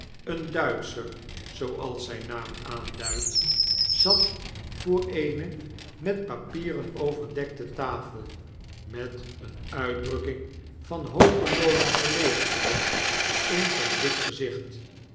een duitscfier zooals zyn naam aanduidt zat voor eene met papieren overdekte tafel mt eene uitdrukking van hopelooze verlegenheid in zyn dik gezicht